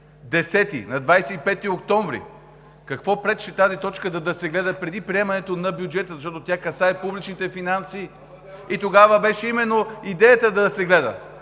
г. На 25 октомври! Какво пречеше тази точка да се гледа преди приемането на бюджета, защото тя касае публичните финанси? Идеята беше тогава именно да се гледа.